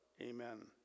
Amen